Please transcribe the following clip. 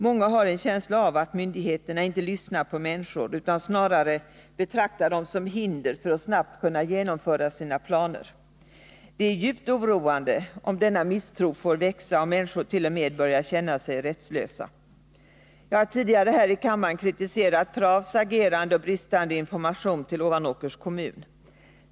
Många har en känsla av att myndigheterna inte lyssnar på människorna utan snarare betraktar dem som ett hinder för att snabbt kunna genomföra sina planer. Det är djupt oroande om denna misstro får växa och människor t.o.m. börjar känna sig rättslösa. Jag har tidigare i kammaren kritiserat Pravs agerande och bristande information till Ovanåkers kommun.